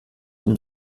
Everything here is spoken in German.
dem